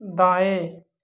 दाएँ